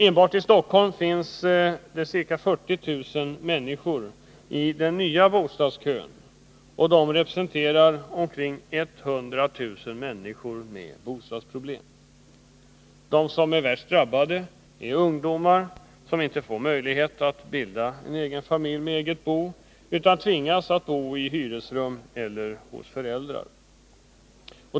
Enbart i Stockholm finns det ca 40 000 människor i den nya bostadskön, och de representerar omkring 100 000 människor med bostadsproblem. De som är värst drabbade är ungdomar som inte får möjlighet att bilda egen familj med eget bo utan tvingas bo i hyresrum eller hos föräldrar.